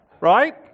right